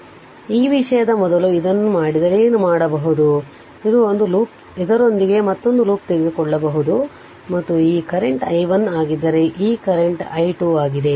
ಆದ್ದರಿಂದ ಈ ವಿಷಯದ ಮೊದಲು ಇದನ್ನು ಮಾಡಿದರೆ ಏನು ಮಾಡಬಹುದು ಆದ್ದರಿಂದ ಇದು ಒಂದು ಲೂಪ್ ಇದರೊಂದಿಗೆ ಮತ್ತೊಂದು ಲೂಪ್ ತೆಗೆದುಕೊಳ್ಳಬಹುದು ಮತ್ತು ಈ ಕರೆಂಟ್ i1 ಆಗಿದ್ದರೆ ಈ ಕರೆಂಟ್ವು i2 ಆಗಿದೆ